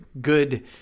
good